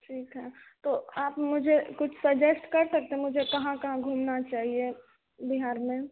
ठीक है तो आप मुझे कुछ सजेस्ट कर सकते हैं मुझे कहाँ कहाँ घूमना चाहिए बिहार में